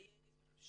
זה יהיה שירות